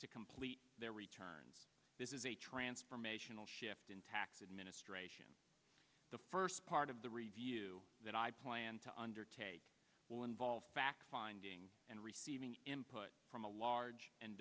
to complete their returns this is a transformational shift in tax administration the first part of the review that i plan to undertake will involve fact finding and receiving input from a large and